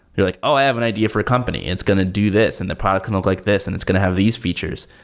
you're like, oh, i have an idea for a company and it's going to do this and the product can look like this and it's going to have these features,